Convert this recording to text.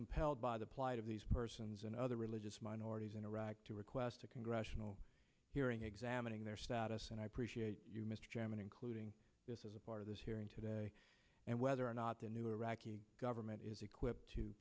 compelled by the plight of these persons and other religious minorities in iraq to request a congressional hearing examining their status and i appreciate you mr chairman including this is a part of this hearing today and whether or not the new iraqi government is equipped to